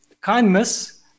kindness